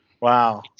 Wow